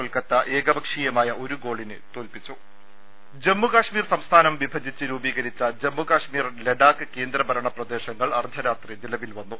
കൊൽക്കത്ത ഏകപക്ഷീയമായ ഒരു ഗോളിന് തോൽപ്പി ന്നും ജമ്മുകശ്മീർ സംസ്ഥാനം വിഭജിച്ച് രൂപീകരിച്ച ജമ്മുകശ്മീർ ലഡാക്ക് കേന്ദ്രഭരണപ്രദേശങ്ങൾ അർധരാത്രി നിലവിൽവന്നു